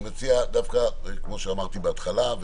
אני מציע כמו שאמרתי בהתחלה,